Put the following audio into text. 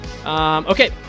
Okay